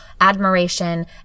admiration